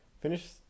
Finish